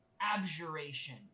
abjuration